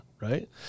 right